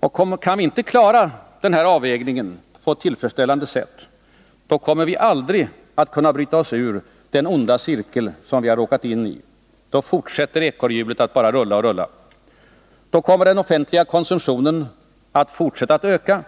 Om vi inte på ett tillfredsställande sätt kan klara av den avvägning som det här är fråga om, kommer vi aldrig att kunna bryta oss ur den onda cirkel som vi har råkat in i. Då fortsätter ekorrhjulet att snurra. Då kommer den offentliga konsumtionen att fortsätta att öka,